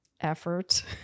Effort